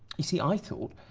you see, i thought.